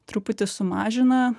truputį sumažina